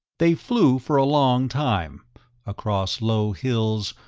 they flew for a long time across low hills,